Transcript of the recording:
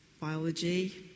biology